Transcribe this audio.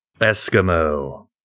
Eskimo